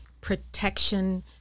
protection